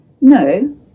No